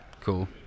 Cool